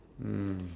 mm